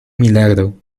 milagro